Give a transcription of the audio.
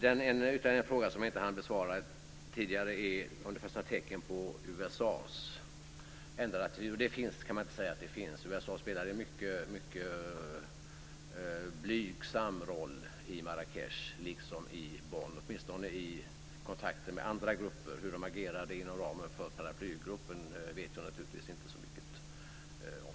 Ytterligare en fråga som jag inte hann besvara tidigare är om det finns några tecken på USA:s ändrade attityd, och man kan inte säga att det finns. USA spelade en mycket blygsam roll i Marrakech liksom i Bonn, åtminstone i kontakter med andra grupper. Hur man agerade inom ramen för paraplygruppen vet jag naturligtvis inte så mycket om.